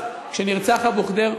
כשנרצח אבו ח'דיר,